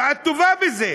ואת טובה בזה,